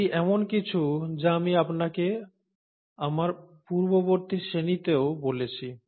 এটি এমন কিছু যা আমি আপনাকে আমার পূর্ববর্তী শ্রেণীতেও বলেছি